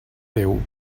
déu